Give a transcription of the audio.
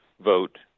vote